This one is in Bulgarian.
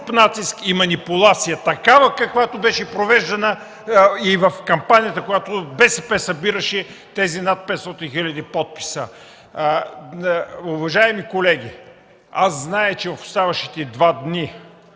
натиск и манипулация – такава, каквато беше провеждана и при кампанията, когато БСП събираше тези над 500 хиляди подписа. Уважаеми колеги, аз зная, че в оставащите два дни